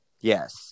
Yes